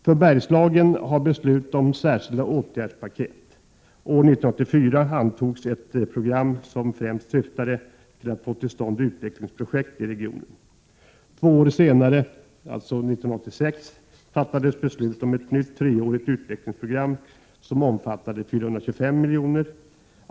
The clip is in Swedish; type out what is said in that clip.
För Bergslagen har beslutats om särskilda åtgärdspaket. År 1984 antogs ett program som främst syftade till att få till stånd utvecklingsprojekt i regionen. Två år senare, dvs. 1986, fattades beslut om ett nytt treårigt utvecklingsprogram, som omfattade 425 milj.kr.